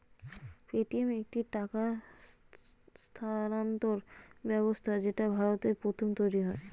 Paytm একটি টাকা স্থানান্তর ব্যবস্থা যেটা ভারতে প্রথম তৈরী হয়